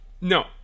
No